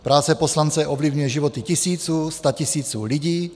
Práce poslance ovlivňuje životy tisíců, statisíců lidí.